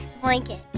Blanket